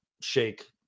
Shake